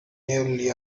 nearly